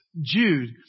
Jude